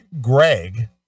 Greg